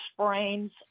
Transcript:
sprains